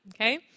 okay